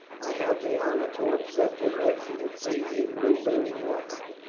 i had the honor to upset your excellency in newbury market.